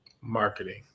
Marketing